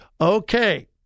Okay